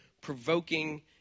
provoking